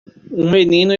menino